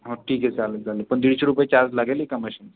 हो ठीक आहे चालेल चालेल पण दीडशे रुपये चार्ज लागेल एका मशीन